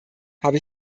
habe